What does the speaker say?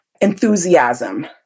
enthusiasm